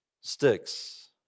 sticks